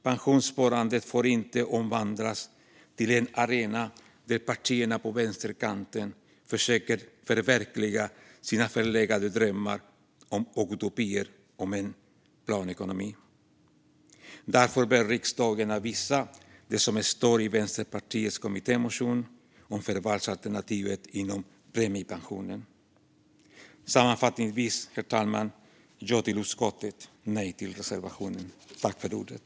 Pensionssparandet får inte omvandlas till en arena där partierna på vänsterkanten försöker förverkliga sina förlegade drömmar och utopier om en planekonomi. Därför bör riksdagen avvisa det som står i Vänsterpartiets kommittémotion om förvalsalternativet inom premiepensionen. Sammanfattningsvis, herr talman: Jag yrkar bifall till utskottets förslag, och jag yrkar avslag på reservationen.